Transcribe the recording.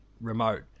remote